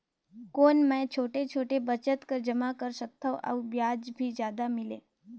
कौन मै छोटे छोटे बचत कर जमा कर सकथव अउ ब्याज भी जादा मिले?